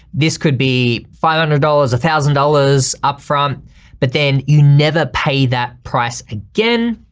this could be five hundred dollars a thousand dollars upfront but then you never pay that price again.